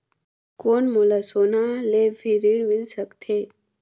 कौन मोला सोना ले भी ऋण मिल सकथे?